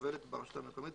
זה ברור.